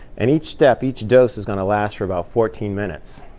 and each step each dose is going to last for about fourteen minutes.